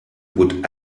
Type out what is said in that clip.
would